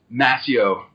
Massio